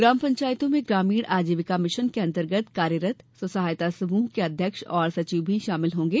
ग्राम पंचायतों में ग्रामीण आजीविका मिशन के अन्तर्गत कार्यरत स्व सहायता समूह के अध्यक्ष एवं सचिव भी सम्मिलित होंगे